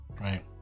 Right